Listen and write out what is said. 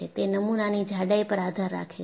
તે નમુનાની જાડાઈ પર આધાર રાખે છે